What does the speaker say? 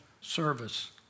service